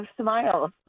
smiles